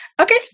okay